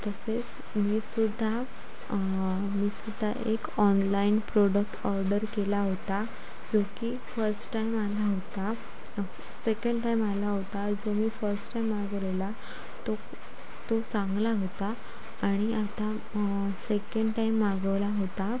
तसेच मीसुद्धा मीसुद्धा एक ऑनलाईन प्रोडक्ट ऑर्डर केला होता जो की फस्ट टाईम आला होता सेकंड टाईम आला होता जो मी फस्ट टाईम मागवलेला तो तो चांगला होता आणि आता सेकेंड टाईम मागवला होता